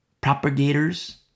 propagators